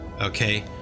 Okay